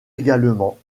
également